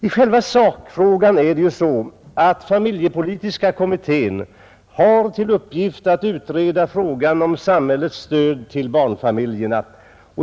I själva sakfrågan förhåller det sig så att familjepolitiska kommittén har till uppgift att utreda frågan om samhällets stöd till barnfamiljerna.